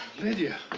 lydia.